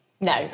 No